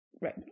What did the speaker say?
Right